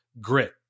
grit